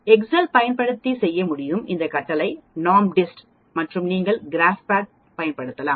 Excel பயன்படுத்தி செய்ய முடியும் இங்கே கட்டளை NORMSDIST மற்றும் நீங்கள் கிராஃப்ட் பயன்படுத்தலாம்